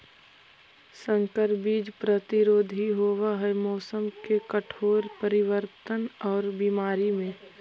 संकर बीज प्रतिरोधी होव हई मौसम के कठोर परिवर्तन और बीमारी में